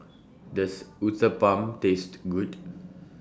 Does Uthapam tasted Good